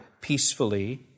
peacefully